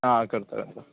आं करतां